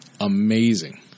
amazing